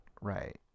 Right